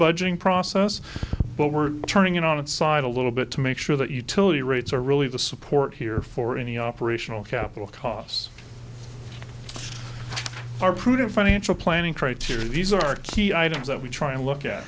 budgeting process but we're turning it on its side a little bit to make sure that utility rates are really the support here for any operational capital costs are prudent financial planning criteria these are key items that we try and look at